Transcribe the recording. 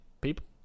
people